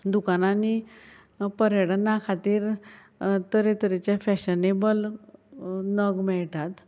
दुकानांनी पर्यटना खातीर तरे तरेचे फॅशनेबल नग मेळटात